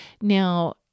Now